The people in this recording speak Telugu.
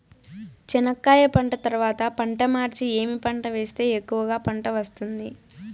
చెనక్కాయ పంట తర్వాత పంట మార్చి ఏమి పంట వేస్తే ఎక్కువగా పంట వస్తుంది?